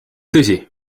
tõsi